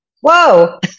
whoa